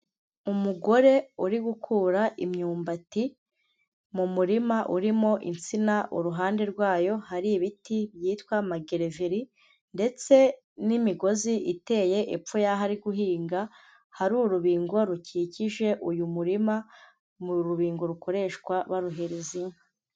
Umugore uri gukura imyumbati mu murima urimo insina, uruhande rwayo hari ibiti byitwa magereveri, ndetse n'imigozi iteye epfo y'aho ari guhinga, hari urubingo rukikije uyu murima, ni urubingo rukoreshwa baruhereza inka.